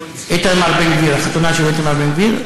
איתמר בן-גביר,